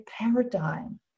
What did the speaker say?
paradigm